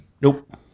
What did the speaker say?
Nope